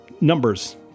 numbers